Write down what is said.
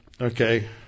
Okay